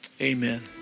amen